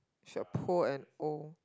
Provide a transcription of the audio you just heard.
if you're poor and old